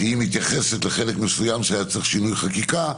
שמתייחסת לחלק מסוים שהיה צריך שינוי חקיקה,